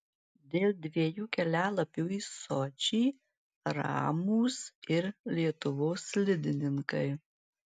dėl dviejų kelialapių į sočį ramūs ir lietuvos slidininkai